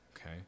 Okay